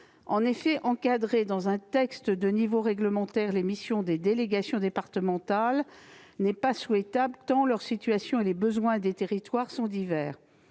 En effet, encadrer dans un texte de niveau réglementaire les missions de ces délégations départementales n'est pas souhaitable, tant leurs situations et les besoins des territoires sont divers.